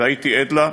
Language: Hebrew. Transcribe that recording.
והייתי עד לה,